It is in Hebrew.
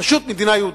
פשוט מדינה יהודית.